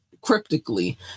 cryptically